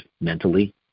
mentally